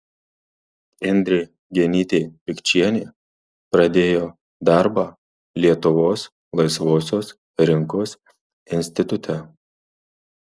indrė genytė pikčienė pradėjo darbą lietuvos laisvosios rinkos institute